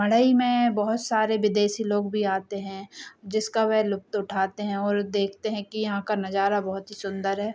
मढ़ई में बहुत सारे विदेशी लोग भी आते हैं जिसका वेह लुफ़्त उठाते हैं और देखते हैं कि यहाँ का नज़ारा बहुत ही सुंदर है